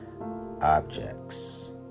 objects